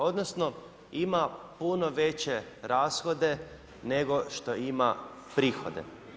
Odnosno ima puno veće rashode nego što ima prihode.